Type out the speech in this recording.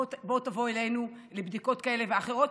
בוא, תבוא אלינו לבדיקות כאלה ואחרות.